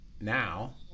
Now